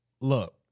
look